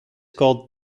called